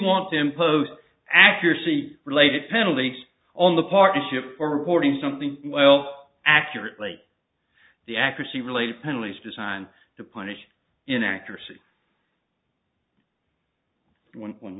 want to impose accuracy related penalties on the partnership for reporting something well accurately the accuracy related penalties designed to punish inaccuracy when